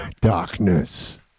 darkness